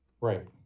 Right